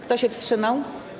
Kto się wstrzymał?